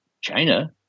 China